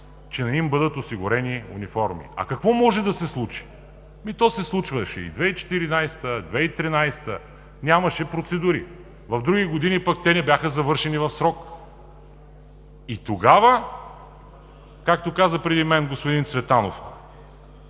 че не им бъдат осигурени униформи. А какво може да се случи? То се случваше и 2014 г ., и 2013 г. – нямаше процедури. В други години пък те не бяха завършени в срок. И тогава, както каза преди мен господин Цветанов,